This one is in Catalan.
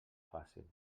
fàcil